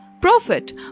profit